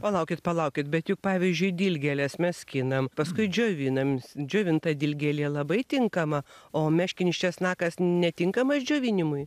palaukit palaukit bet juk pavyzdžiui dilgėles mes skinam paskui džiovinam džiovinta dilgėlė labai tinkama o meškinis česnakas netinkamas džiovinimui